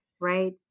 right